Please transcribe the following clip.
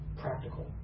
practical